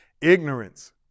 Ignorance